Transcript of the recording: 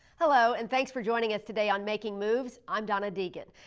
hello and thanks for joining us today on making moves, i'm donna deegan.